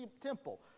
temple